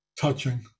touching